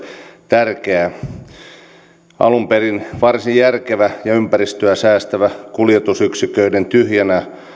tärkeä asia alun perin varsin järkevä esitys ympäristöä säästävä kuljetusyksiköiden tyhjänä